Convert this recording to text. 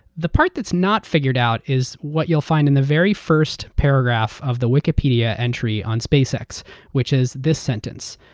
the part that's not figured out is what you'll find in the very first paragraph of the wikipedia entry on spacex which is this sentence,